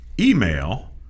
email